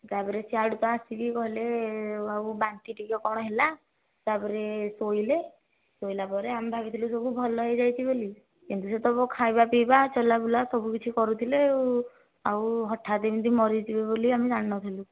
ତା'ପରେ ସିଆଡ଼ୁ ଆସିକି କହିଲେ ଆଉ ବାନ୍ତି ଟିକିଏ କ'ଣ ହେଲା ତା'ପରେ ଶୋଇଲେ ଶୋଇଲା ପରେ ଆମେ ଭାବିଥିଲୁ ସବୁ ଭଲ ହେଇଯାଇଛି ବୋଲି କିନ୍ତୁ ସେ ତ ଖାଇବା ପିଇବା ଚଲାବୁଲା ସବୁକିଛି କରୁଥିଲେ ଆଉ ଆଉ ହଠାତ୍ ଏମିତି ମରିଯିବେ ବୋଲି ଆମେ ଜାଣି ନଥିଲୁ